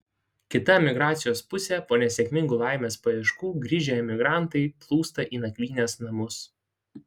kita emigracijos pusė po nesėkmingų laimės paieškų grįžę emigrantai plūsta į nakvynės namus